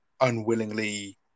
unwillingly